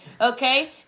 okay